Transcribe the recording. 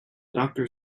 doctor